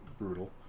brutal